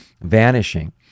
vanishing